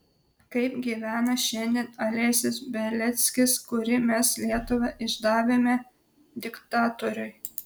kaip gyvena šiandien alesis beliackis kurį mes lietuva išdavėme diktatoriui